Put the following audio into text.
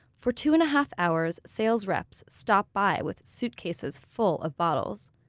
for two-and-a-half hours, sales reps stopped by with suitcases full of bottles.